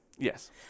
Yes